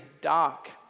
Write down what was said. dark